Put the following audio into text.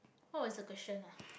what was the question ah